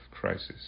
crisis